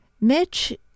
Mitch